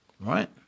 Right